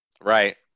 Right